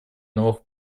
новых